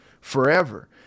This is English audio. forever